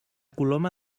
coloma